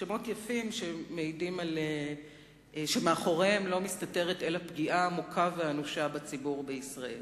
שמות יפים שמאחוריהם לא מסתתרת אלא פגיעה עמוקה ואנושה בציבור בישראל.